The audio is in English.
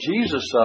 Jesus